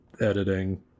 editing